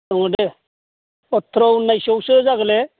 दङ दे सथ्र उन्निसआवसो जागोन ले